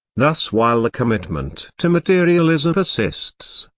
thus while the commitment to materialism persists,